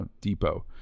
depot